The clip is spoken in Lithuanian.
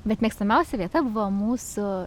bet mėgstamiausia vieta buvo mūsų